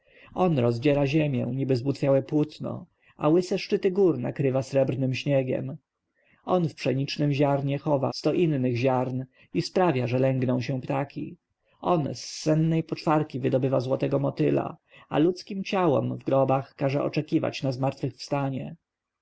on rozdziera ziemię niby zbutwiałe płótno a łyse szczyty gór nakrywa srebrnym śniegiem on w pszenicznem ziarnie chowa sto innych ziarn i sprawia że lęgną się ptaki on z sennej poczwarki wydobywa złotego motyla a ludzkim ciałom w grobach każe oczekiwać na zmartwychwstanie